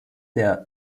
der